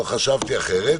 לא חשבתי אחרת.